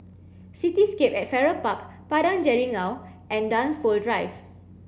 Cityscape at Farrer Park Padang Jeringau and Dunsfold Drive